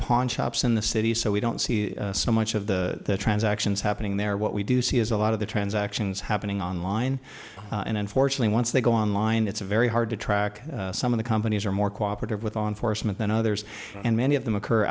pawn shops in the city so we don't see so much of the transactions happening there what we do see is a lot of the transactions happening online and unfortunately once they go online it's very hard to track some of the companies are more cooperative with law enforcement than others and many of them occur